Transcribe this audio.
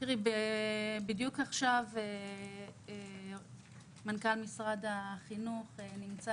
בדיוק עכשיו מנכ"ל משרד החינוך נמצא